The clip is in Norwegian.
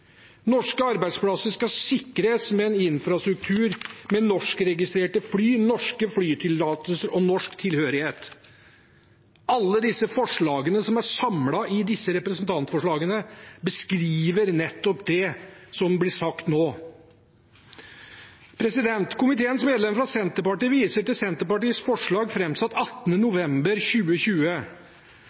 Norske arbeidsplasser skal sikres med en infrastruktur med norskregistrerte fly, norske flytillatelser og norsk tilhørighet. Alle forslagene som er samlet i disse representantforslagene, beskriver nettopp det som blir sagt nå. Komiteens medlemmer fra Senterpartiet viser til Senterpartiets forslag framsatt den 18. november 2020: